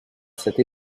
cette